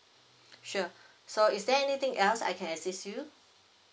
sure so is there anything else I can assist you